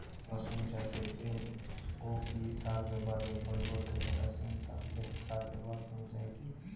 রসুন চাষে এম.ও.পি সার ব্যবহারের পরিবর্তে পটাসিয়াম সালফেট সার ব্যাবহার করা যায় কি?